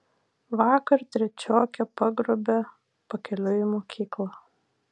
vakar trečiokę pagrobė pakeliui į mokyklą